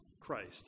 Christ